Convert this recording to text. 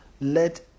Let